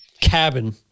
cabin